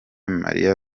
marie